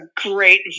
great